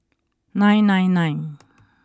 nine nine nine